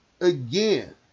again